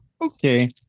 Okay